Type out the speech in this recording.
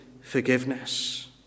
forgiveness